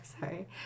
Sorry